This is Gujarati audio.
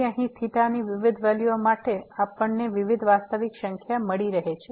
તેથી અહીં થીટાની વિવિધ વેલ્યુ માટે આપણને વિવિધ વાસ્તવિક સંખ્યા મળી રહી છે